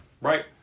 Right